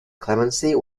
clemency